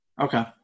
Okay